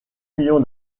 millions